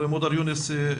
מר מודר יונס,